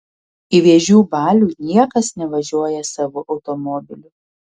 į vėžių balių niekas nevažiuoja savu automobiliu